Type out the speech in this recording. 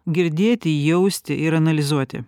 girdėti jausti ir analizuoti